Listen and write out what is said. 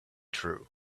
true